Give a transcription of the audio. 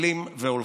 מקפלים והולכים.